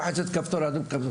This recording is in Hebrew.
לוחץ כפתור אדום,